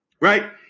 Right